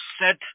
set